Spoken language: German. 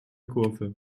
kurve